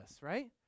Right